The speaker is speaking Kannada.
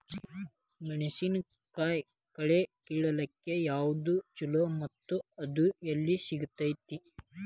ಮೆಣಸಿನಕಾಯಿ ಕಳೆ ಕಿಳಾಕ್ ಯಾವ್ದು ಛಲೋ ಮತ್ತು ಅದು ಎಲ್ಲಿ ಸಿಗತೇತಿ?